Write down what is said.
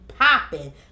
popping